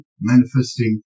manifesting